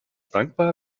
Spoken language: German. dankbar